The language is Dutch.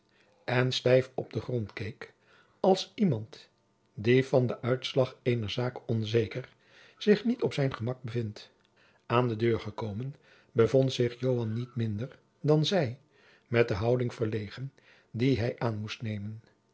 pleegzoon stijf op den grond keek als iemand die van den uitslag eener zaak onzeker zich niet op zijn gemak bevindt aan de deur gekomen bevond zich joan niet minder dan zij met de houding verlegen die hij aan moest nemen